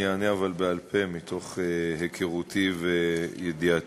אבל אני אענה בעל-פה מתוך היכרותי וידיעתי.